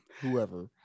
whoever